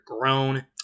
grown